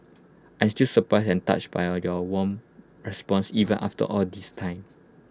I'm still surprised and touched by you your warm responses even after all this time